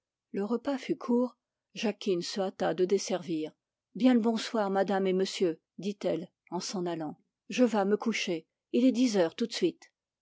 le repas fut court jacquine se hâta de desservir bien le bonsoir madame et monsieur dit-elle en s'en allant je vais me coucher il est dix heures tout de suite